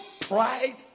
pride